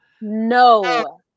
No